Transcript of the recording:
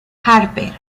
harper